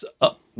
up